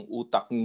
utak